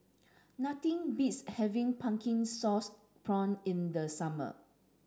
nothing beats having pumpkin sauce prawn in the summer